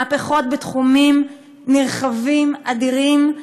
מהפכות בתחומים נרחבים, אדירים.